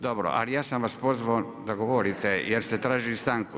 Dobro, ali ja sam vas pozvao da govorite, jer ste tražili stanku.